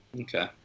Okay